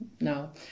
no